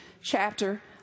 chapter